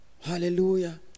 Hallelujah